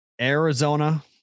Arizona